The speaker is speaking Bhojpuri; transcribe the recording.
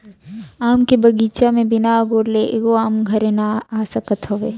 आम के बगीचा में बिना अगोरले एगो आम घरे नाइ आ सकत हवे